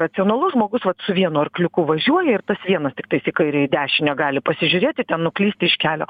racionalus žmogus vat su vienu arkliuku važiuoja ir tas vienas tiktai į kairę į dešinę gali pasižiūrėti ten nuklysti iš kelio